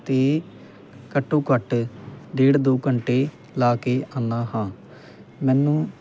'ਤੇ ਘੱਟੋ ਘੱਟ ਡੇਢ ਦੋ ਘੰਟੇ ਲਗਾ ਕੇ ਆਉਂਦਾ ਹਾਂ ਮੈਨੂੰ